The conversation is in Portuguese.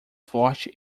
forte